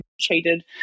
cheated